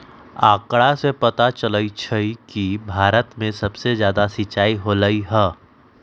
आंकड़ा से पता चलई छई कि भारत में सबसे जादा सिंचाई होलई ह